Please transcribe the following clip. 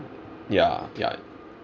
ya ya